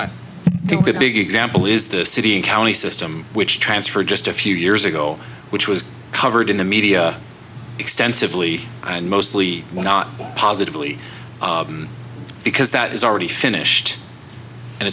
i think the big example is the city and county system which transferred just a few years ago which was covered in the media extensively and mostly not positively because that is already finished and